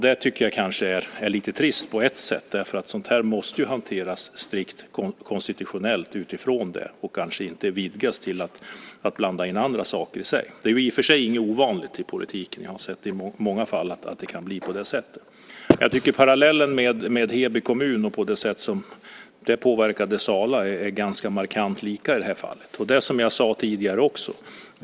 Det är kanske på ett sätt lite trist. Sådant här måste hanteras strikt konstitutionellt och inte vidgas till att blanda in andra saker. Det är i och för sig inget ovanligt i politiken. Jag har i många fall sett att det kan bli så. Parallellen om hur frågan om Heby kommun påverkade Sala är markant lika. Det är som jag sade tidigare.